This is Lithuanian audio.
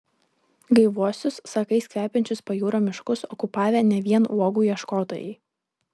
gaiviuosius sakais kvepiančius pajūrio miškus okupavę ne vien uogų ieškotojai